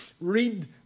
read